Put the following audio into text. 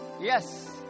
yes